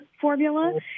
formula